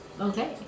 Okay